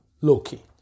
Loki